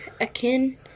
Akin